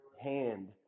hand